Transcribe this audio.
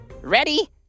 Ready